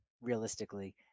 realistically